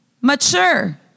Mature